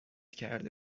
کرده